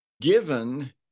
given